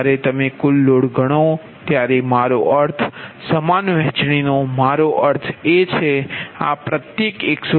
જ્યારે તમે કુલ લોડ ગણો ત્યારે મારો અર્થ સમાન વહેચણીનો મારો અર્થ એ છે કે આ પ્રત્યેક 133